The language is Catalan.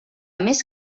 més